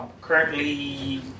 currently